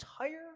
entire